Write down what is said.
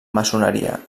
maçoneria